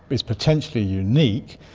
it's potentially unique,